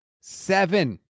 Seven